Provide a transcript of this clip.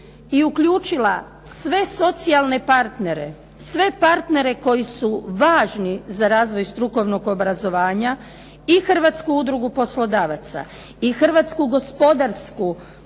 i uključila sve socijalne partnere, sve partnere koji su važni za razvoj strukovnog obrazovanja i Hrvatsku udrugu poslodavaca, i Hrvatsku gospodarsku komoru,